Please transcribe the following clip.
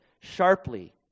sharply